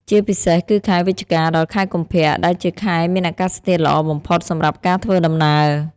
ជាពិសេសគឺខែវិច្ឆិកា ដល់ខែកុម្ភៈ ដែលជាខែមានអាកាសធាតុល្អបំផុតសម្រាប់ការធ្វើដំណើរ។